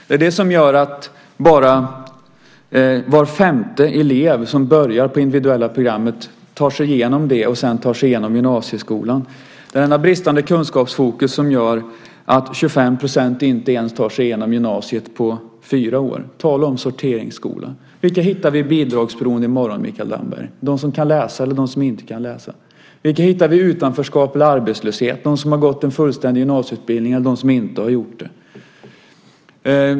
Det är det som gör att bara var femte elev som börjar på individuella programmet tar sig igenom det och sedan tar sig igenom gymnasieskolan. Det är detta bristande kunskapsfokus som gör att 25 % inte ens tar sig igenom gymnasiet på fyra år. Tala om sorteringsskola! Vilka hittar vi i bidragsberoende i morgon, Mikael Damberg - de som kan läsa eller de som inte kan läsa? Vilka hittar vi i utanförskap eller arbetslöshet - de som har gått en fullständig gymnasieutbildning eller de som inte har gjort det?